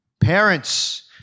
Parents